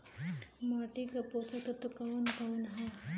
माटी क पोषक तत्व कवन कवन ह?